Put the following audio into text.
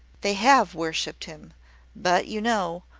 they have worshipped him but you know,